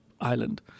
island